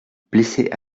blessé